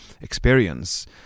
experience